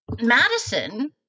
Madison